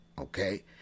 okay